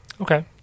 Okay